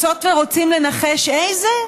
רוצות ורוצים לנחש איזה?